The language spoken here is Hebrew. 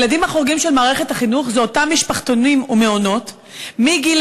הילדים החורגים של מערכת החינוך זה אותם משפחתונים ומעונות מגיל